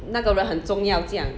那个人很重要这样